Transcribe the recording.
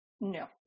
No